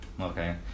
okay